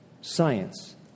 science